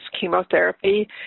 chemotherapy